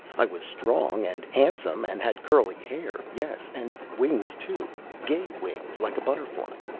i was strong, and handsome, and had curly hair yes, and wings, too gay wings like a butterfly.